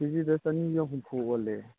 ꯀꯦ ꯖꯤꯗ ꯆꯅꯤꯒ ꯍꯨꯝꯐꯨ ꯑꯣꯜꯂꯦ